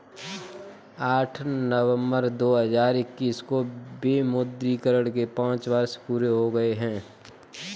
आठ नवंबर दो हजार इक्कीस को विमुद्रीकरण के पांच वर्ष पूरे हो गए हैं